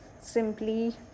simply